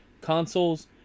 consoles